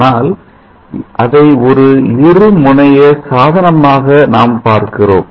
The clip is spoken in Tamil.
ஆனால் அதை ஒரு இரு முனைய சாதனமாக நாம் பார்க்கிறோம்